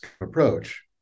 approach